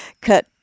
cut